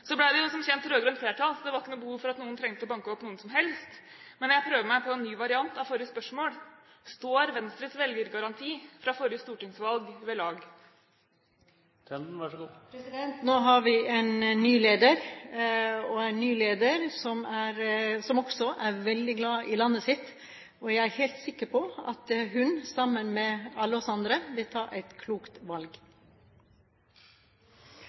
Så ble det jo som kjent rød-grønt flertall, så det var ikke behov for at noen skulle banke opp noen som helst. Men jeg prøver meg på en ny variant av forrige spørsmål: Står Venstres velgergaranti fra forrige stortingsvalg ved lag? Nå har vi en ny leder, en leder som også er veldig glad i landet sitt, og jeg er helt sikker på at hun, sammen med alle oss andre, vil ta et klokt valg.